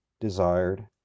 desired